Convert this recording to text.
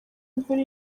imvura